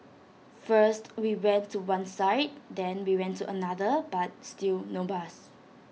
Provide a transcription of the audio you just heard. first we went to one side then we went to another but still no bus